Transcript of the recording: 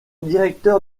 directeur